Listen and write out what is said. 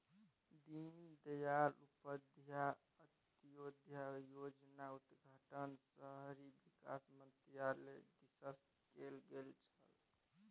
दीनदयाल उपाध्याय अंत्योदय योजनाक उद्घाटन शहरी विकास मन्त्रालय दिससँ कैल गेल छल